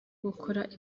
gukora